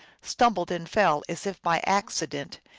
stumbled and fell as if by accident,